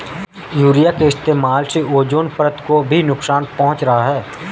urea के इस्तेमाल से ओजोन परत को भी नुकसान पहुंच रहा है